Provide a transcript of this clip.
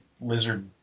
lizard